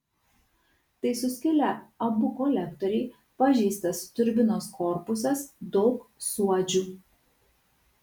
tai suskilę abu kolektoriai pažeistas turbinos korpusas daug suodžių